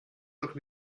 doch